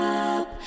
up